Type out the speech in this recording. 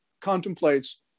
contemplates